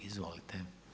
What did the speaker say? Izvolite.